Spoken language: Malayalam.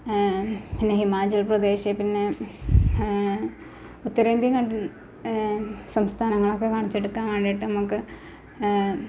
പിന്നെ ഹിമാചൽ പ്രദേശ് പിന്നെ ഉത്തരേന്ത്യൻ കൺ സംസ്ഥാനങ്ങളൊക്കെ കാണിച്ചുകൊടുക്കാൻ വേണ്ടിയിട്ട് നമുക്ക്